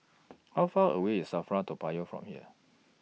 How Far away IS SAFRA Toa Payoh from here